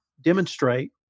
demonstrate